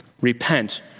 Repent